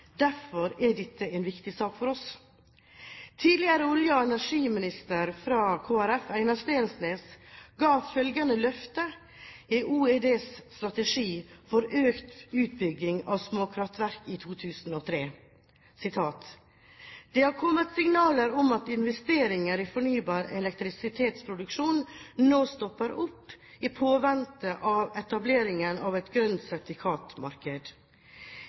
energiminister fra Kristelig Folkeparti, Einar Steensnæs, ga følgende løfte i OEDs strategi for økt utbygging av småkraftverk i 2003: «Det har kommet signaler om at investeringer i fornybar elektrisitetsproduksjon nå stopper opp i påvente av etableringen av et grønt sertifikatmarked.